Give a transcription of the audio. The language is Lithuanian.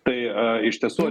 tai iš tiesų